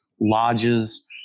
lodges